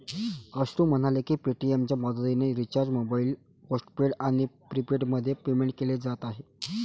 अश्रू म्हणाले की पेटीएमच्या मदतीने रिचार्ज मोबाईल पोस्टपेड आणि प्रीपेडमध्ये पेमेंट केले जात आहे